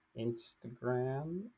Instagram